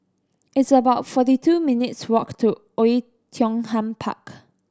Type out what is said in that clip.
it's about forty two minutes' walk to Oei Tiong Ham Park